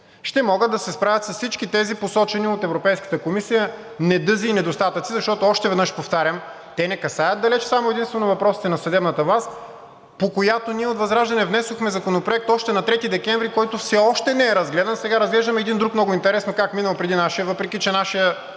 ще могат да се справят с всички тези, посочени от Европейската комисия недъзи и недостатъци, защото още веднъж повтарям, те не касаят далеч само и единствено въпросите на съдебната власт, по която ние от ВЪЗРАЖДАНЕ внесохме законопроект още на 3 декември, който все още не е разгледан. Сега разглеждаме един друг. Много интересно как е минал преди нашия, въпреки че нашият